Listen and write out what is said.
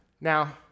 Now